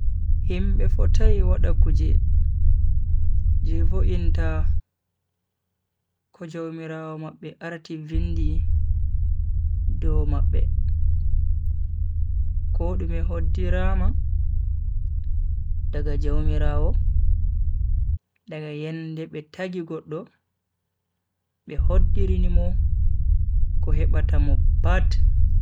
Himbe fotai wada kuje je vo'inta ko jaumiraawo mabbe arti vindi dow mabbe. kodume hoddiraama daga jaumiraawo daga yende be tagi goddo be hoddirini mo ko hebata mo pat.